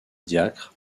diacre